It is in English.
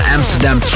Amsterdam